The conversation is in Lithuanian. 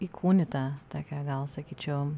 įkūnyta tokia gal sakyčiau